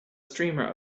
streamer